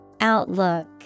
Outlook